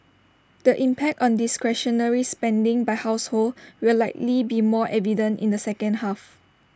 the impact on discretionary spending by households will likely be more evident in the second half